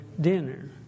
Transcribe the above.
dinner